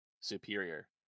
superior